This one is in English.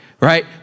Right